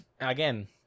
again